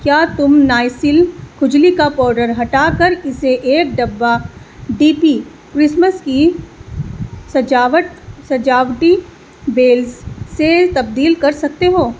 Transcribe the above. کیا تم نائسل کھجلی کا پاؤڈر ہٹا کر اسے ایک ڈبہ ڈی پی کرسمس کی سجاوٹ سجاوٹی بیلز سے تبدیل کر سکتے ہو